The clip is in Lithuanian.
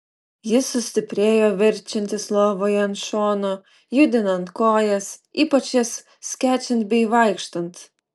jis sustiprėja verčiantis lovoje ant šono judinant kojas ypač jas skečiant bei vaikštant